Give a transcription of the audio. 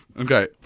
Okay